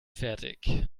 fertig